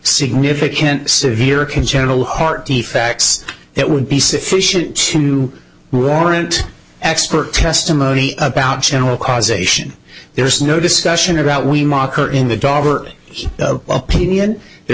significant severe congenital heart defects that would be sufficient to warrant expert testimony about general causation there's no discussion about we marker in the dog opinion there